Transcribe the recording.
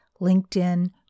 LinkedIn